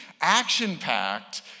action-packed